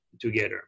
together